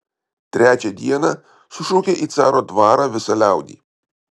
trečią dieną sušaukė į caro dvarą visą liaudį